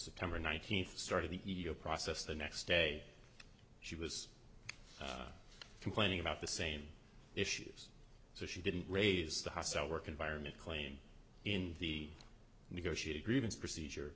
september nineteenth started the e o process the next day she was complaining about the same issues so she didn't raise the hostile work environment claimed in the negotiated grievance procedure